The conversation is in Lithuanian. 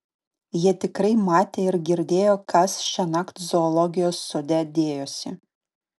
jie tikrai matė ir girdėjo kas šiąnakt zoologijos sode dėjosi